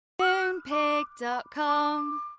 Moonpig.com